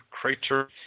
crater